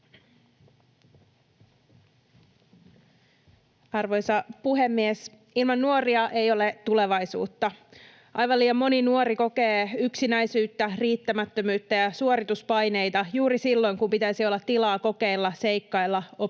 Arvoisa puhemies! Ilman nuoria ei ole tulevaisuutta. Aivan liian moni nuori kokee yksinäisyyttä, riittämättömyyttä ja suorituspaineita juuri silloin, kun pitäisi olla tilaa kokeilla, seikkailla, oppia